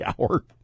Hour